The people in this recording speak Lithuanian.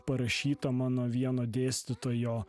parašyta mano vieno dėstytojo